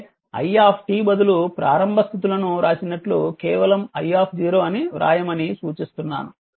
కాబట్టి i బదులు ప్రారంభ స్థితులను వ్రాసినట్లు కేవలం i అని వ్రాయమని సూచిస్తున్నాను